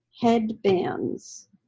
headbands